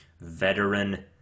veteran